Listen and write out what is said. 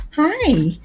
Hi